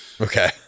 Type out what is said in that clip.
Okay